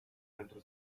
pentru